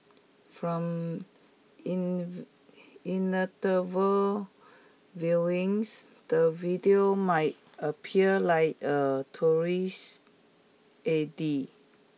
from viewings the video might appear like a tourist A D